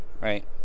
Right